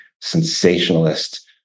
sensationalist